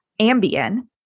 Ambien